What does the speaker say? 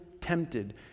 tempted